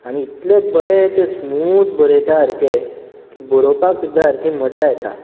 इतलें बरें तें स्मूड बरयतां सामकें की बरोवपाक सुद्दां सामकी मजा येता